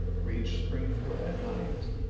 reach springfield at night,